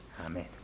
Amen